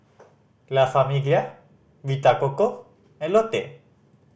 La Famiglia Vita Coco and Lotte